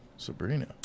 Sabrina